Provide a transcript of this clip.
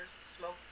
smoked